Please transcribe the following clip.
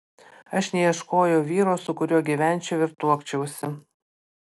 aš neieškojau vyro su kuriuo gyvenčiau ir tuokčiausi